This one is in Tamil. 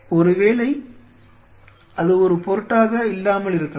ஒருவேளை அது ஒரு பொருட்டாக இல்லாமல் இருக்கலாம்